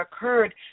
occurred